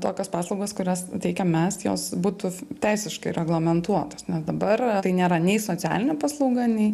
tokios paslaugos kurias teikiam mes jos būtų teisiškai reglamentuotos nes dabar tai nėra nei socialinė paslauga nei